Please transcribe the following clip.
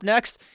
next